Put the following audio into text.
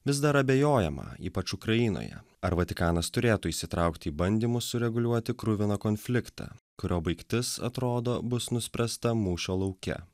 vis dar abejojama ypač ukrainoje ar vatikanas turėtų įsitraukti į bandymus sureguliuoti kruviną konfliktą kurio baigtis atrodo bus nuspręsta mūšio lauke